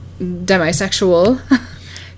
demisexual